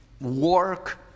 work